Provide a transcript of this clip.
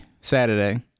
Saturday